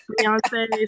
Beyonce